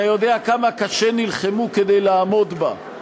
אתה יודע כמה קשה נלחמו כדי לעמוד עליה,